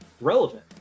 relevant